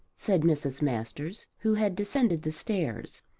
said mrs. masters who had descended the stairs.